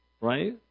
Right